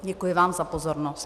Děkuji vám za pozornost.